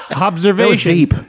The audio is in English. observation